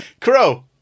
Crow